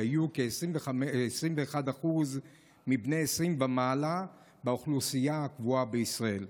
שהיו כ-21% מבני 20 ומעלה באוכלוסייה הקבועה בישראל.